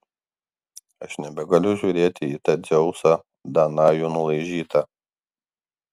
aš nebegaliu žiūrėti į tą dzeusą danajų nulaižytą